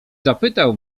zapytał